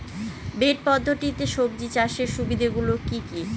Bed পদ্ধতিতে সবজি চাষের সুবিধাগুলি কি কি?